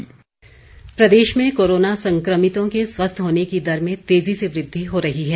corona update प्रदेश में corona संक्रमितों के स्वस्थ होने की दर में तेजी से वृद्धि हो रही है